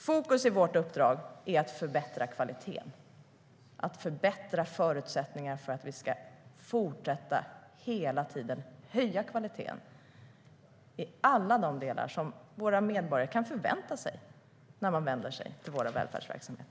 Fokus i vårt uppdrag är att förbättra kvaliteten och förutsättningarna för att vi ska fortsätta att hela tiden höja kvaliteten i alla de delar som våra medborgare kan förvänta sig när de vänder sig till våra välfärdsverksamheter.